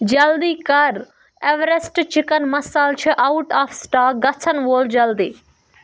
جلدی کر Everest chicken masala چھِ اوٹ آف سٹاک گژھن وول جلدی